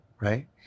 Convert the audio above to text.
right